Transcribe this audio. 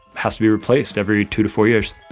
has to be replaced every two to four years